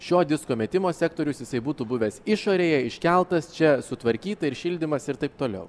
šio disko metimo sektorius jisai būtų buvęs išorėje iškeltas čia sutvarkyta ir šildymas ir taip toliau